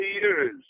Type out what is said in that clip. years